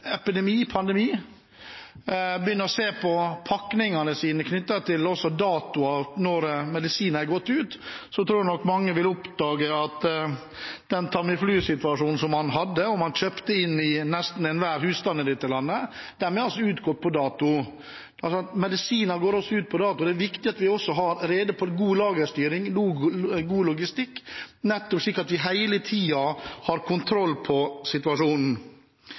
epidemi eller pandemi begynner å se på datoen på pakningene sine, på når medisinen går ut, vil nok nesten enhver husstand i dette landet oppdage at det man hadde kjøpt inn ved den tamiflusituasjonen som vi hadde, være utgått på dato. Medisiner går ut på dato, så det er viktig at vi også har rede på god lagerstyring og god logistikk, nettopp slik at vi hele tiden har kontroll på situasjonen.